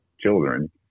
children